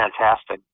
fantastic